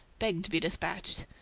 begged to be despatched.